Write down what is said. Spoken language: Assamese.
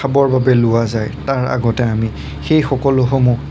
খাবৰ বাবে লোৱা যায় তাৰ আগতে আমি সেই সকলোসমূহ